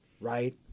right